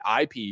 IP